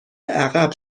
عقب